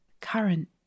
Current